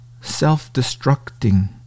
self-destructing